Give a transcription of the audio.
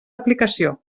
aplicació